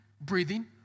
Breathing